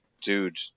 dude